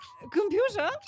Computer